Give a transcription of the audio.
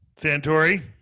Santori